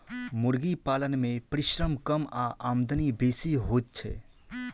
मुर्गी पालन मे परिश्रम कम आ आमदनी बेसी होइत छै